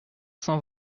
cent